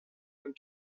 comme